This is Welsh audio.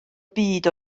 byd